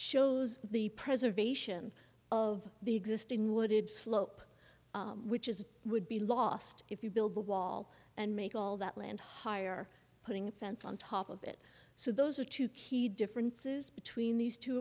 shows the preservation of the existing wooded slope which is would be lost if you build the wall and make all that land hire putting a fence on top of it so those are two key differences between these two